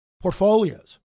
portfolios